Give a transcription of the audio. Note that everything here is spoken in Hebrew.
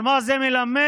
מה זה מלמד?